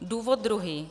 Důvod druhý.